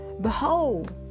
behold